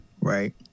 Right